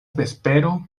vespero